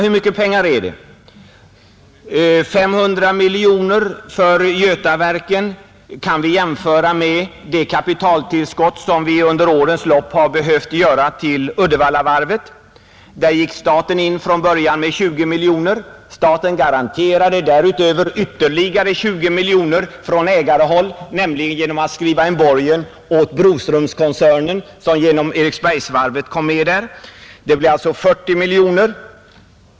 Hur mycket pengar är 500 miljoner för Götaverken, om vi jämför med de tillskott av kapital som vi under årens lopp har behövt göra till Uddevallavarvet? Där gick staten in från början med 20 miljoner. Staten garanterade därutöver ytterligare 20 miljoner från ägarhåll, nämligen genom att skriva en borgen åt Broströmkoncernen som genom Eriksbergsvarvet kom med där. Det blev alltså 40 miljoner.